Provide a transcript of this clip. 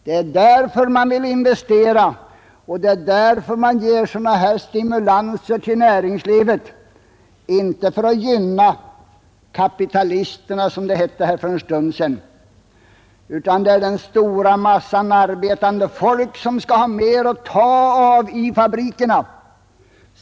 Det är därför man vill investera och det är därför man ger sådana här stimulanser till näringslivet, inte för att gynna kapitalisterna, som det hette här för en stund sedan. Det är den stora massan arbetande folk som skall ha mer att ta av i fabrikerna.